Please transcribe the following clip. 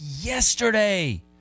yesterday